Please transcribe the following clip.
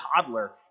toddler